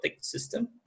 system